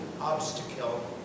obstacle